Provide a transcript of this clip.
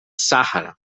sàhara